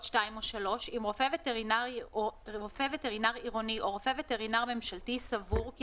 (2) או (3) אם רופא וטרינר עירוני או רופא וטרינר ממשלתי סבור כי